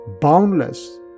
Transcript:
boundless